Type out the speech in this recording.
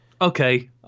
okay